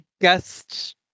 guest